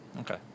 Okay